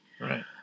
Right